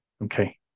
okay